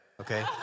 okay